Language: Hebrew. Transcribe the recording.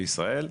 בישראל.